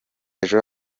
ejo